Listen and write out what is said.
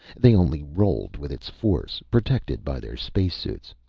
they only rolled with its force, protected by their space suits.